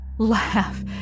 Laugh